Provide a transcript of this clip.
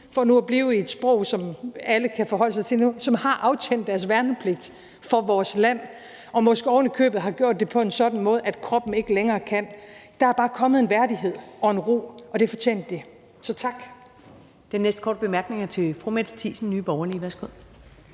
for nu at blive i et sprog, som alle kan forholde sig til – som har aftjent deres værnepligt for vores land og måske ovenikøbet har gjort det på en sådan måde, at kroppen ikke længere kan mere, så er der bare kommet en værdighed og en ro, og det fortjente de. Så jeg